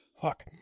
Fuck